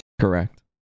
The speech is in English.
correct